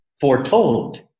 foretold